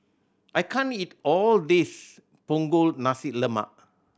I can't eat all this Punggol Nasi Lemak